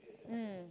mm